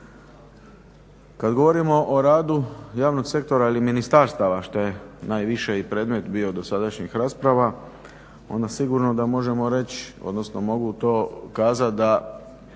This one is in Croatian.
Kad govorimo o radu javnog sektora ili ministarstava što je najviše i predmet bio dosadašnjih rasprava, onda sigurno da možemo reći, odnosno mogu to kazati da